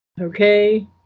Okay